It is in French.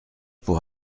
pour